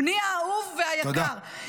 בני האהוב והיקר,